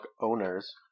owners